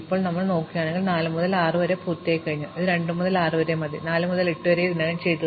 അതിനാൽ ഇപ്പോൾ ഞങ്ങൾ നോക്കുകയും 4 മുതൽ 6 വരെ പൂർത്തിയായിക്കഴിഞ്ഞു ഇത് 2 മുതൽ 6 വരെ മതി 4 മുതൽ 8 വരെ ഇതിനകം ചെയ്തു